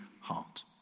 heart